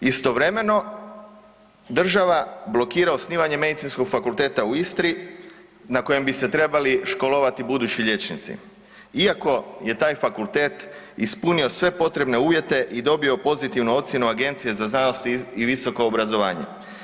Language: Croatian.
Istovremeno država blokira osnivanje Medicinskog fakulteta u Istri na kojem bi se trebali školovati budući liječnici, iako je taj fakultet ispunio sve potrebne uvjete i dobio pozitivnu ocjenu Agencije za znanost i visoko obrazovanje.